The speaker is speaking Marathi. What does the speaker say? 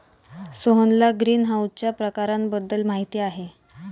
सोहनला ग्रीनहाऊसच्या प्रकारांबद्दल माहिती आहे